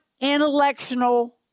intellectual